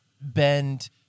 bend